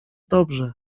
dobrze